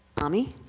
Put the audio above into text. tommy.